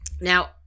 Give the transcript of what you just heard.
Now